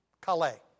Calais